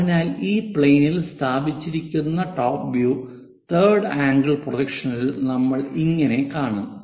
അതിനാൽ ഈ പ്ലെയിനിൽ സ്ഥാപിച്ചിരിക്കുന്ന ടോപ്പ് വ്യൂ തേർഡ് ആംഗിൾ പ്രൊജക്ഷനിൽ നമ്മൾ ഇങ്ങനെ കാണും